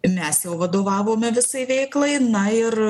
mes jau vadovavome visai veiklai na ir